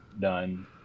done